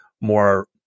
more